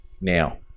now